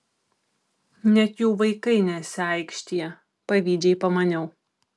net jų vaikai nesiaikštija pavydžiai pamaniau